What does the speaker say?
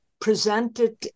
presented